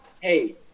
Hey